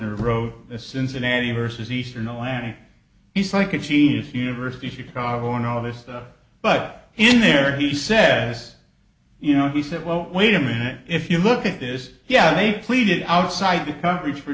wrote the cincinnati versus eastern atlantic he's like a genius university of chicago and all this stuff but in there he says you know he said well wait a minute if you look at this yeah they pleaded outside the co